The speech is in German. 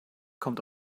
kommt